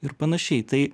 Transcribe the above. ir panašiai tai